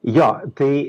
jo tai